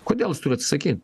kodėl jis turi atsisakyt